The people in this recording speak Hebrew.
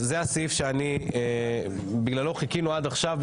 זה הסעיף שבגללו חיכינו עד עכשיו,